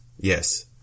Yes